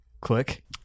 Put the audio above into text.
click